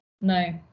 No